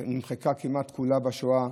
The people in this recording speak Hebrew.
נמחקה כמעט כולה בשואה.